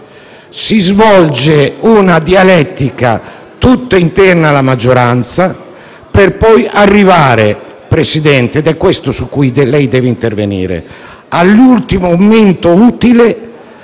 Si svolge una dialettica tutta interna alla maggioranza, per poi arrivare - ed è questo su cui lei, Presidente, deve intervenire - all'ultimo momento utile